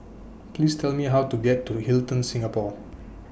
Please Tell Me How to get to Hilton Singapore